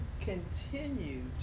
continue